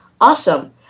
Awesome